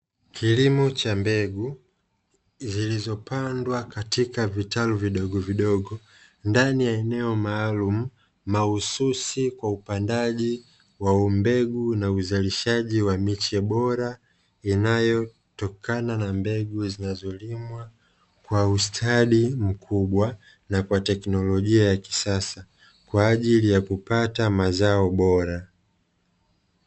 Kilimo cha mbegu zilizopandwa katika vitalu vidogovidogo ndani ya eneo maalumu, mahususi kwa upandaji wa mbegu na uzalishaji wa miche bora inayotokana na mbegu zinazolimwa kwa ustadi mkubwa, na kwa teknolojia ya kisasa kwa ajili ya kupata mazao bora.